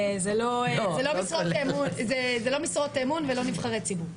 זה לא משרות אמון ולא נבחרי ציבור.